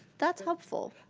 that's helpful.